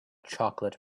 chocolate